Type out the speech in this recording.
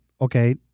Okay